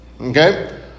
Okay